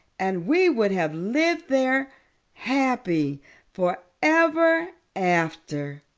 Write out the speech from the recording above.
and we would have lived there happy for ever after.